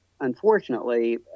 unfortunately